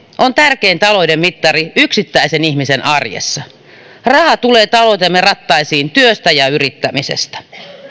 on tärkein talouden mittari yksittäisen ihmisen arjessa raha tulee taloutemme rattaisiin työstä ja yrittämisestä